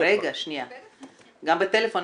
גם בטלפון?